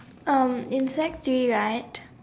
um in sec three right